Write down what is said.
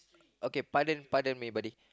okay pardon me pardon me buddy